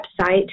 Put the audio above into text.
website